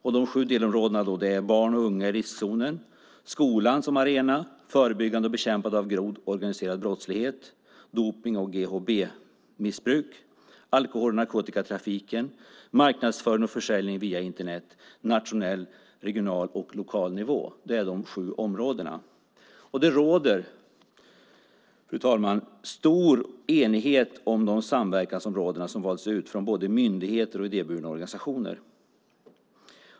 Dessa sju delområden är 1. barn och unga i riskzonen 2. skolan som arena 3. förebyggande och bekämpande av grov organiserad brottslighet 4. dopning och GHB-missbruk 5. alkohol och narkotika i trafiken 6. marknadsföring och försäljning via Internet och 7. nationell, regional och lokal nivå. Det råder, fru talman, stor enighet om de samverkansområden som valts ut från både myndigheter och idéburna organisationer.